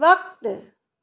वक़्तु